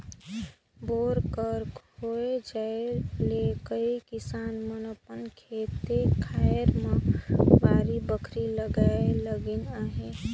bore कर होए जाए ले कइयो किसान मन अपन खेते खाएर मन मे बाड़ी बखरी लगाए लगिन अहे